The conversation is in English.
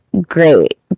great